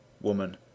Woman